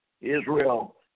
Israel